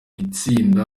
itsinda